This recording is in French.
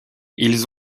ils